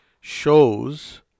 shows